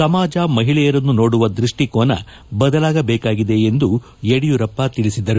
ಸಮಾಜ ಮಹಿಳೆಯರನ್ನು ನೋಡುವ ದೃಷ್ಟಿಕೋನ ಬದಲಾಗಬೇಕಾಗಿದೆ ಎಂದು ಯಡಿಯೂರಪ್ಪ ತಿಳಿಸಿದರು